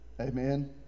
Amen